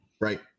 right